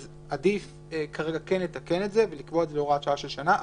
אז עדיף לתקן את זה ולקבוע את זה בהוראה שעה של שנה.